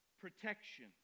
protection